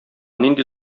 нинди